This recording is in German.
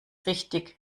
richtig